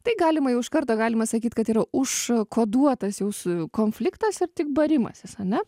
tai galima jau iš karto galima sakyt kad yra užkoduotas jūsų konfliktas ir tik barimasis ane